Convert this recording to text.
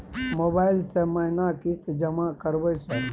Mobile से महीना किस्त जमा करबै सर?